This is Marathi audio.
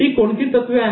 ती कोणती तत्त्वे आहेत